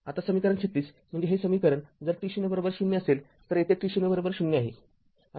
आता समीकरण ३६ म्हणजे हे समीकरण जर t0 0 असेल तर येथे t0 0 आहे